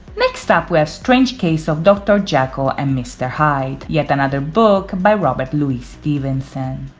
next up with strange case of dr. jekyll and mr. hyde, yet another book by robert louis stevenson.